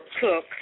Cook